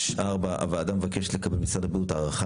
הוועדה מבקשת לקבל ממשרד הבריאות הערכה